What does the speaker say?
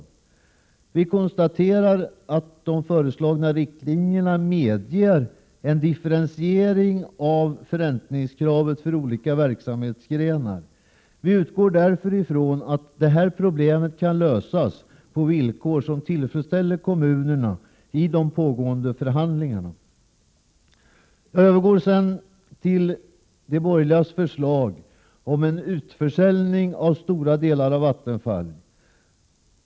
Utskottsmajoriteten konstaterar att de föreslagna riktlinjerna medger en differentiering av förräntningskravet för olika verksamhetsgrenar. Vi utgår därför från att problemet kan lösas på villkor som tillfredsställer kommunerna. Förhandlingar pågår. De borgerliga partierna har föreslagit att stora delar av Vattenfall skulle säljas till privata intressenter.